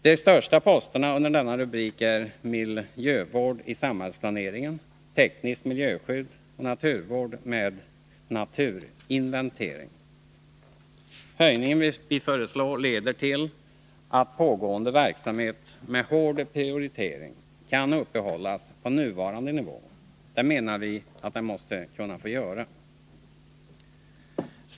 De största posterna under denna rubrik är miljövård i samhällsplaneringen, tekniskt miljöskydd och naturvård med naturinventering. Den höjning vi föreslår leder till att pågående verksamhet med hård prioritering kan uppehållas på nuvarande nivå. Det menar vi att den måste få göra.